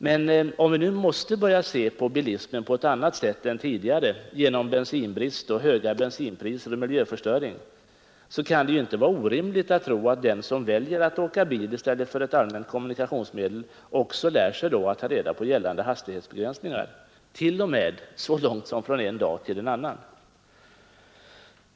Men om vi nu måste börja se på bilismen på ett annat sätt än tidigare på grund av bensinbrist, höga bensinpriser och miljöförstöring kan det inte vara orimligt att tro att den som väljer att åka bil i stället för ett allmänt kommunikationsmedel också lär sig ta reda på gällande hastighetsbegränsningar, t.o.m. från en dag till en annan.